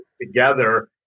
together